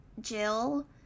Jill